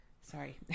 sorry